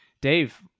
Dave